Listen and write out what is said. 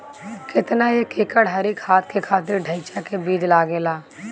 केतना एक एकड़ हरी खाद के खातिर ढैचा के बीज लागेला?